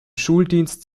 schuldienst